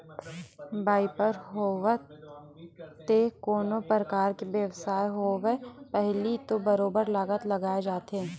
बइपार होवय ते कोनो परकार के बेवसाय होवय पहिली तो बरोबर लागत लगाए जाथे